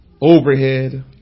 Overhead